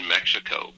Mexico